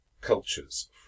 cultures